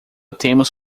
temos